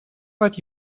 but